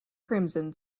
crimson